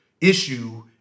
issue